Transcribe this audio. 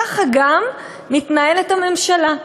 ככה גם מתנהלת הממשלה,